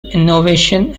innovation